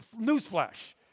newsflash